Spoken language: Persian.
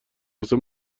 واسه